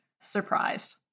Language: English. surprised